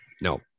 No